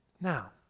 Now